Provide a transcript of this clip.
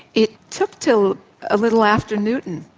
it took till a little after newton.